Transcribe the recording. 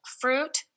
fruit